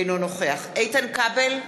אינו נוכח איתן כבל,